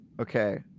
okay